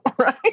right